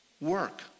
work